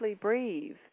breathe